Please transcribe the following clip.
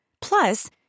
Plus